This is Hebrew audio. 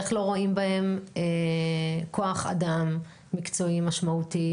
איך לא רואים בהם כוח אדם מקצועי משמעותי,